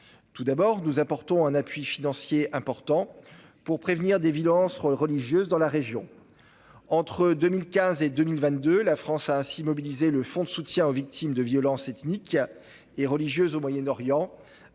Tout d'abord, nous apportons un appui financier important pour prévenir des violences religieuses dans la région. Entre 2015 et 2022, la France a ainsi mobilisé le fonds de soutien aux victimes de violences ethniques et religieuses au Moyen-Orient,